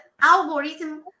algorithm